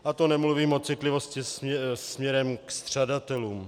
A to nemluvím o citlivosti směrem k střadatelům.